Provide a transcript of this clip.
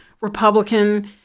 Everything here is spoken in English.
Republican